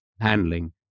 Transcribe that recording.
handling